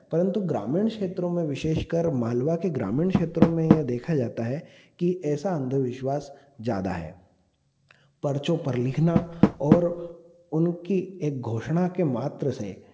परन्तु ग्रामीण क्षेत्रों में विशेषकर मालवा के ग्रामीण क्षेत्रों में यह देखा जाता है कि ऐसा अंधविश्वास ज्यादा है पर्चों पर लिखना और उनकी एक घोषणा के मात्र से